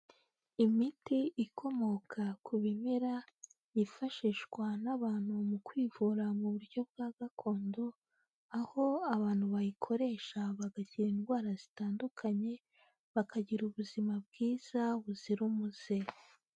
Imiti ikomoka ku bimera, yifashishwa n'abantu mu kwivura mu buryo bwa gakondo, aho abantu bayikoresha bagakira indwara zitandukanye, bakagira ubuzima bwiza buzira umuze.